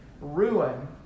ruin